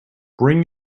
bring